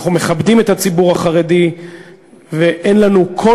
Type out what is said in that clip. אנחנו מכבדים את הציבור החרדי ואין לנו כל